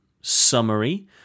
summary